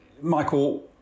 Michael